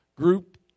group